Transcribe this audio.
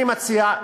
אני מציע,